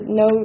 no